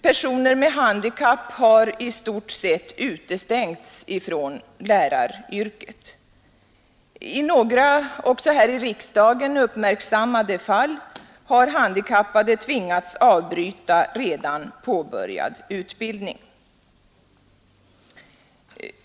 Personer med handikapp har i stort sett utestängts från läraryrket. I några även här i riksdagen uppmärksammade fall har handikappade tvingats avbryta redan påbörjad utbildning.